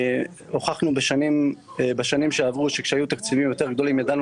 הוכחנו בשנים שעברו שכשהיו תקציבים יותר גדולים ידענו